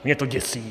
Mě to děsí.